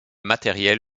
matériel